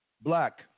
Black